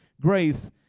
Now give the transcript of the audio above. grace